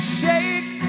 shake